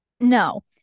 no